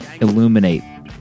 illuminate